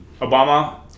Obama